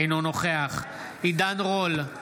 אינו נוכח עידן רול,